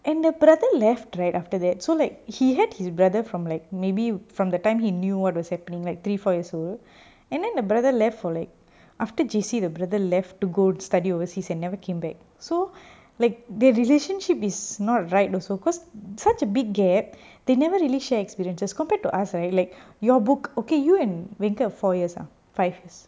and the brother left right after that so like he had his brother from like maybe from the time he knew what was happening like three four years old and then the brother left for like after J_C the brother left to go study overseas and never came back so like their relationship is not right also because such a big gap they never really share experiences just compared to us right like your book okay you and venga four years ah five years